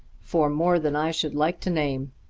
for more than i should like to name.